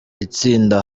itsinda